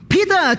Peter